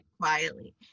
quietly